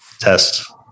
test